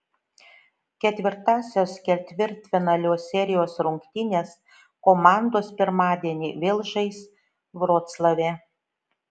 ketvirtąsias ketvirtfinalio serijos rungtynes komandos pirmadienį vėl žais vroclave